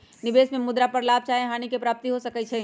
निवेश में मुद्रा पर लाभ चाहे हानि के प्राप्ति हो सकइ छै